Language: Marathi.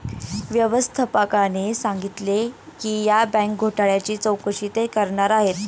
व्यवस्थापकाने सांगितले की या बँक घोटाळ्याची चौकशी ते करणार आहेत